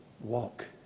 walk